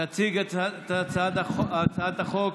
תציג את הצעת החוק